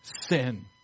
sin